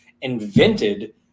invented